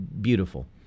beautiful